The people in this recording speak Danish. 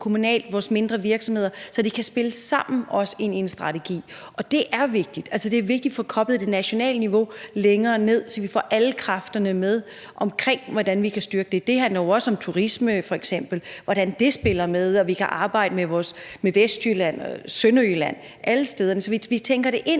kommunalt, vores mindre virksomheder, så de også kan spille sammen ind i en strategi. Det er vigtigt. Det er vigtigt at få koblet det nationale niveau længere ned, så vi får alle kræfterne med i, hvordan vi kan styrke det. Det handler jo også om f.eks. turisme, og hvordan det spiller med. Og vi kan arbejde med Vestjylland og Sønderjylland, alle steder. Vi skal tænke det ind